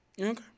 Okay